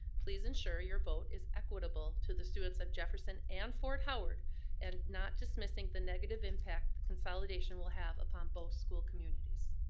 please ensure your vote is equitable to the students at jefferson and fort howard and not just missing the negative impact consolidation will have upon both school communities.